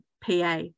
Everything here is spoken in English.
PA